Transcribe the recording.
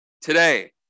today